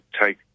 take